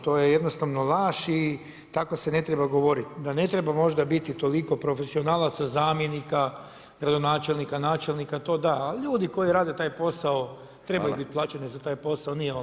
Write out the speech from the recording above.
To je jednostavno laž i tako se ne treba govoriti, da ne treba možda biti toliko profesionalaca, zamjenika, gradonačelnika, načelnika, to da, ali ljudi koji rade taj posao, trebaju biti plaćeni za taj posao, nije on lagan.